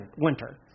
winter